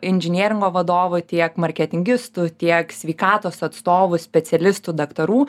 inžinieringo vadovų tiek marketingistų tiek sveikatos atstovų specialistų daktarų